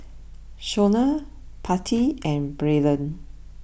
Shona Patti and Braylen